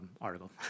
article